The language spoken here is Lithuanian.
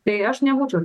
tai aš nebūčiau